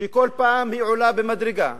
שכל פעם היא עולה מדרגה.